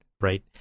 right